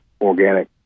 organic